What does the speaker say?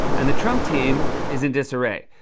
and the trump team is in disarray.